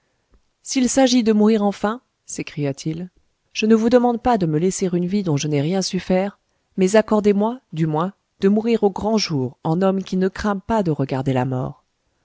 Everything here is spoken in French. s'il s'agit de mourir enfin s'écria-t-il je ne vous demande pas de me laisser une vie dont je n'ai rien su faire mais accordezmoi du moins de mourir au grand jour en homme qui ne craint pas de regarder la mort